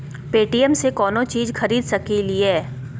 Paytm से कौनो चीज खरीद सकी लिय?